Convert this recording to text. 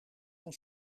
van